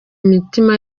imitima